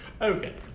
Okay